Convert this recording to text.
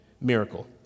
miracle